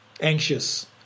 anxious